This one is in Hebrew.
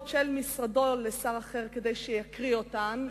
של משרדו לשר אחר כדי שיקריא אותן,